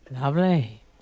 Lovely